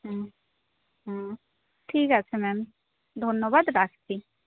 হুম হুম ঠিক আছে ম্যাম ধন্যবাদ রাখছি